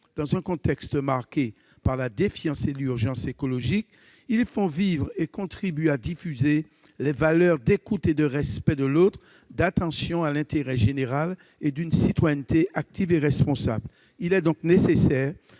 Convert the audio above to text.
Dans un contexte marqué par la défiance et l'urgence écologique, ils font vivre et contribuent à diffuser les valeurs d'écoute et de respect de l'autre, d'attention à l'intérêt général et d'une citoyenneté active et responsable. Il est donc nécessaire,